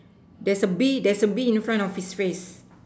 there's a bee there's a bee in front of his face